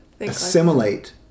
assimilate